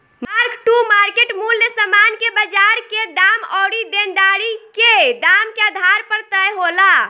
mark to market मूल्य समान के बाजार के दाम अउरी देनदारी के दाम के आधार पर तय होला